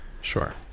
Sure